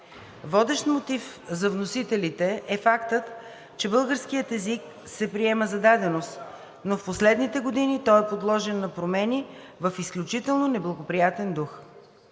Водещ мотив за вносителите е фактът, че българският език се приема за даденост, но в последните години той е подложен на промени в изключително неблагоприятен дух.